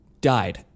died